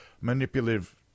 Manipulative